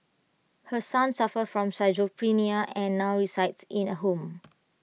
her son suffers from schizophrenia and now resides in A home